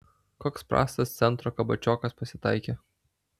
koks prastas centro kabačiokas pasitaikė